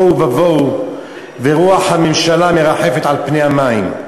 תוהו ובוהו ורוח הממשלה מרחפת על פני המים.